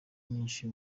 nyinshi